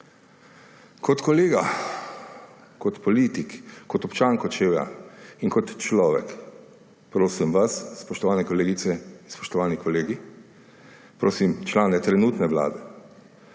Kot kolega, kot politik, kot občan Kočevja in kot človek prosim vas, spoštovane kolegice in spoštovani kolegi, prosim člane trenutne vlade